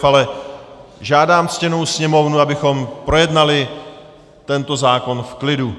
Ale žádám ctěnou sněmovnu, abychom projednali tento zákon v klidu.